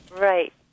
Right